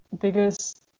Biggest